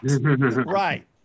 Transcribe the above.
Right